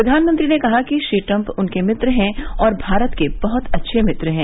प्रधानमंत्री ने कहा कि श्री ट्रम्प उनके मित्र हैं और भारत के बहत अच्छे मित्र हैं